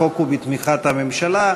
החוק הוא בתמיכת הממשלה,